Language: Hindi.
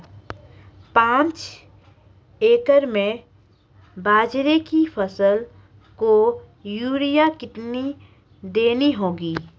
पांच एकड़ में बाजरे की फसल को यूरिया कितनी देनी होगी?